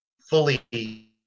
fully